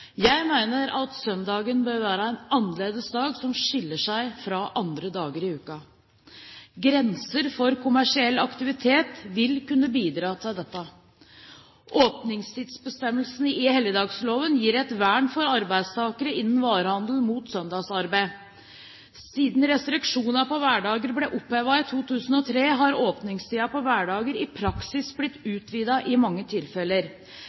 Jeg mener at søndagen bør være en annerledes dag som skiller seg fra andre dager i uken. Grenser for kommersiell aktivitet vil kunne bidra til dette. Åpningstidsbestemmelsene i helligdagsfredloven gir et vern for arbeidstakerne innen varehandelen mot søndagsarbeid. Siden restriksjonene på hverdager ble opphevet i 2003, har åpningstidene på hverdager i praksis blitt utvidet i mange tilfeller.